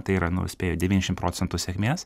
tai yra nu spėju devyniasdešim procentų sėkmės